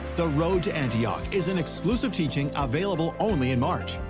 the road to antioch is an exclusive teaching available only in march.